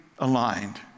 aligned